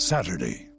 Saturday